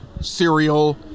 cereal